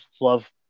love